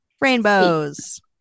rainbows